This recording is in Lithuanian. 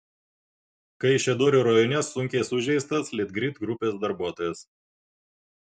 kaišiadorių rajone sunkiai sužeistas litgrid grupės darbuotojas